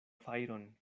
fajron